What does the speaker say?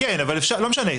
סעיף (יח)